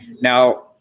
Now